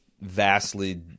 vastly